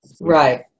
Right